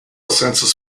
census